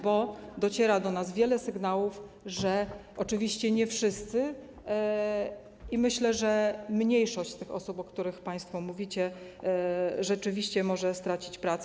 Bo dociera do nas wiele sygnałów, że - oczywiście nie wszyscy, myślę, że mniejszość tych osób, o których państwo mówicie - część osób rzeczywiście może stracić pracę.